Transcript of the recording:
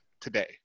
today